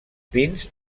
pins